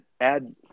add